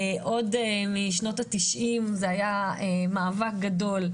עוד משנות ה- 90 זה היה מאבק גדול,